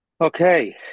okay